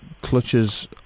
clutches